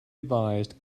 advised